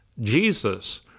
Jesus